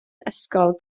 ysgol